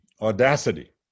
audacity